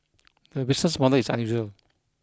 the business model is unusual